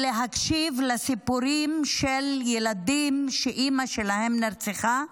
בהקשבה לסיפורים של ילדים שאימא שלהם נרצחה.